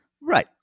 Right